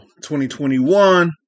2021